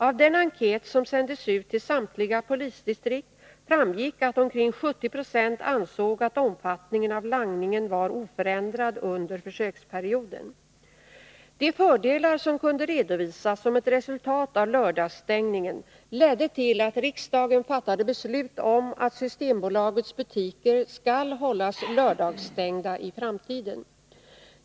Av den enkät som sändes ut till samtliga polisdistrikt framgick att omkring 70 20 ansåg att omfattningen av langningen var oförändrad under försöksperioden. De fördelar som kunde redovisas som ett resultat av lördagsstängningen ledde till att riksdagen fattade beslut om att Systembolagets butiker skall hållas lördagsstängda i framtiden.